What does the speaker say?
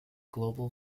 global